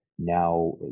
Now